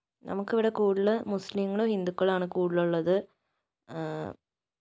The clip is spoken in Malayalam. നമുക്കിവിടെ കൂടുതൽ മുസ്ലിംങ്ങളും ഹിന്ദുക്കളുമാണ് കൂടുതലുള്ളത്